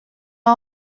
are